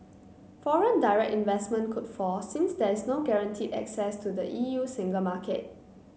foreign direct investment could fall since there is no guaranteed access to the E U single market